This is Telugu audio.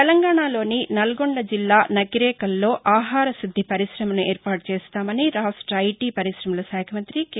తెలంగాణలోని నల్లగొండ జిల్లా నకిరేకల్లో ఆహారశుద్ది పరిశమను ఏర్పాటు చేస్తామని రాష్ట ఐటీ పరిశమల శాఖ మంతి కె